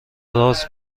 راز